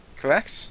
Correct